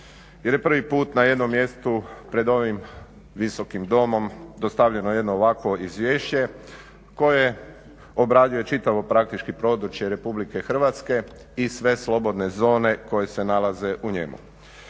prvi put na jednom mjestu pred ovim Visokim domom dostavljeno jedno ovakvo izvješće koje obrađuje čitavo praktički područje Republike Hrvatske i sve slobodne zone koje se nalaze u njemu.